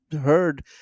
heard